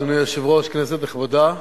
אדוני היושב-ראש, כנסת נכבדה,